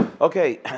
Okay